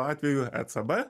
atveju ecb